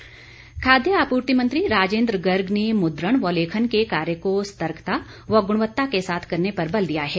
राजिन्द्र गर्ग खाद्य आप्रर्ति मंत्री राजिन्द्र गर्ग ने मुद्रण व लेखन के कार्य को सतर्कता और गुणवत्ता के साथ करने पर बल दिया है